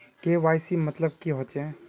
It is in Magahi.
के.वाई.सी मतलब की होचए?